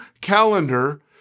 calendar